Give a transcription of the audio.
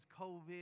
COVID